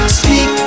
speak